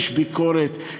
יש ביקורת,